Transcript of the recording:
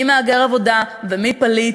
מי מהגר עבודה ומי פליט,